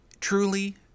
truly